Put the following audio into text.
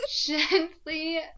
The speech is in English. gently